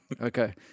okay